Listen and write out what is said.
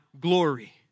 glory